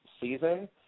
season